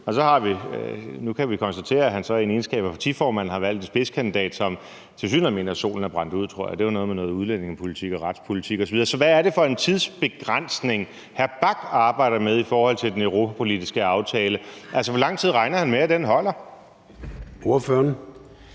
nu kan vi konstatere, at han så i sin egenskab af partiformand har valgt en spidskandidat, som tilsyneladende mener, at solen er brændt ud, tror jeg – det var noget med noget udlændingepolitik og retspolitik osv. Så hvad er det for en tidsbegrænsning, hr. Christian Friis Bach arbejder med i forhold til den europapolitiske aftale? Altså, hvor lang tid regner han med at den holder? Kl.